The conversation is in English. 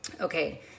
Okay